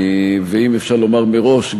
ואם אפשר לומר מראש,